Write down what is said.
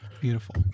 Beautiful